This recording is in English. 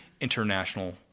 international